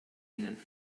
ihnen